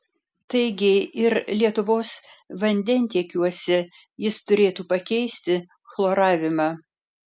taigi ir lietuvos vandentiekiuose jis turėtų pakeisti chloravimą